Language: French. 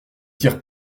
tire